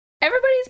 everybody's